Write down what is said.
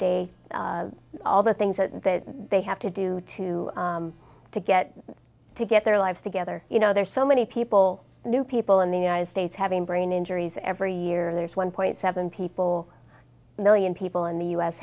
day all the things that they have to do to to get to get their lives together you know there are so many people new people in the united states having brain injuries every year there's one point seven people million people in the u